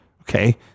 Okay